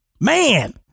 Man